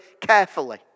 carefully